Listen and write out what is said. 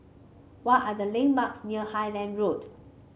what are the landmarks near Highland Road